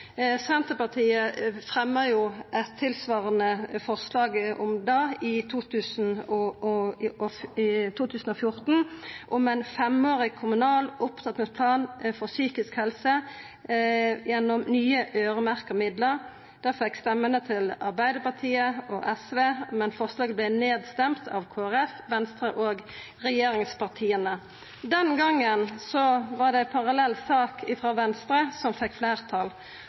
Senterpartiet fremja – saman med Arbeidarpartiet og Sosialistisk Venstreparti – eit tilsvarande forslag i 2014, om ein femårig kommunal opptrappingsplan for psykisk helse gjennom nye øyremerkte midlar. Det fekk sjølvsagt stemmene til Arbeidarpartiet og SV, men forslaget vart stemt ned av Kristeleg Folkeparti, Venstre og regjeringspartia. Den gongen var det ei parallell sak frå m.a. Venstre som fekk fleirtal.